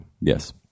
Yes